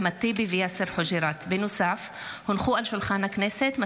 אחמד טיבי ויאסר חוג'יראת בנושא: פגיעה קשה של